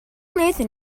nathan